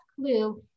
clue